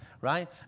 right